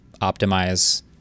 optimize